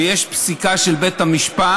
ויש פסיקה של בית המשפט,